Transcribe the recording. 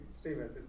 Stephen